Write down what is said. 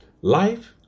Life